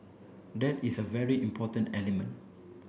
that is a very important element